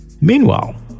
meanwhile